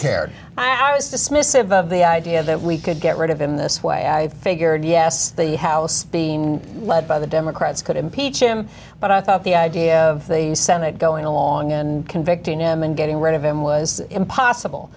dismissive of the idea that we could get rid of him this way i figured yes the house being led by the democrats could impeach him but i thought the idea of the senate going along and convicting him and getting rid of him was impossible